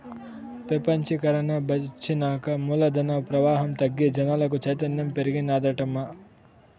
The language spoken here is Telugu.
పెపంచీకరన ఒచ్చినాక మూలధన ప్రవాహం తగ్గి జనాలకు చైతన్యం పెరిగినాదటమ్మా